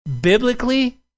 Biblically